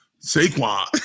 Saquon